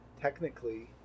technically